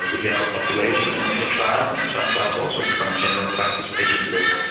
the general population in many trials, and some trials also from general practice patient lists.